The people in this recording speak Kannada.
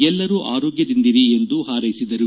ಎಲ್ಲರೂ ಆರೋಗ್ಲದಿಂದಿರಿ ಎಂದು ಹಾರ್ಲೆಸಿದರು